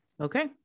Okay